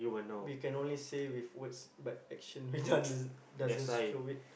we can only say with words but actions we done doesn't show it